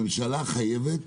הממשלה חייבת